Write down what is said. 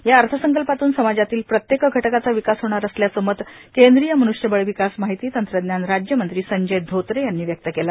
या अर्थ संकल्पातून समाजातील प्रत्यके घटकाचा विकास होणार असल्याचे मत केंद्रीय मनुष्यबळ विकास माहिती तंत्रज्ञान राज्यमंत्री संजय धोत्रे यांनी व्यक्त केले